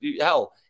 hell